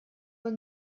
wohl